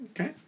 okay